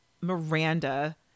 Miranda